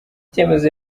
cyemezo